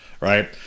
Right